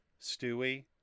Stewie